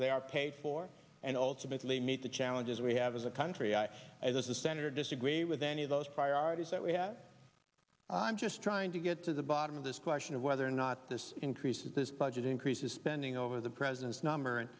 they are paid for and ultimately meet the challenges we have as a country i as a senator disagree with any of those priorities that we have i'm just trying to get to the bottom of this question of whether or not this increases this budget increases spending over the president's number